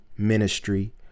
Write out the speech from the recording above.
ministry